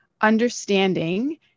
understanding